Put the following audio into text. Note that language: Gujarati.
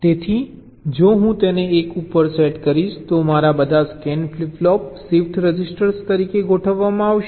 તેથી જો હું તેને એક ઉપર સેટ કરીશ તો મારા બધા scan flip flops shift register તરીકે ગોઠવવામાં આવશે